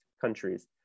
countries